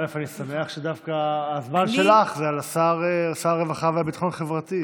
אני אשמח שדווקא הזמן שלך יופנה לשר הרווחה והביטחון החברתי.